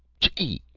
chee!